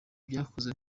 byakozwe